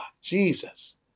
Jesus